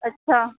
अच्छा